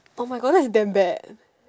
oh my God that's damn bad